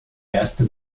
erste